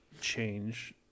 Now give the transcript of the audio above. change